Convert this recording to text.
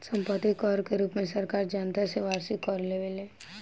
सम्पत्ति कर के रूप में सरकार जनता से वार्षिक कर लेवेले